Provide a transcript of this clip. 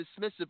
dismissive